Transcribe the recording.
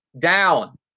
down